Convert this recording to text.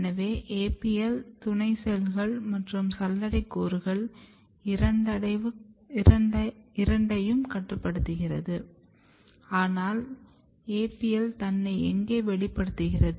எனவே APL துணை செல்கள் மற்றும் சல்லடை கூறுகள் இரண்டையுகட்டுப்படுத்துகிறது ஆனால் APL தன்னை எங்கே வெளிப்படுத்துகிறது